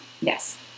Yes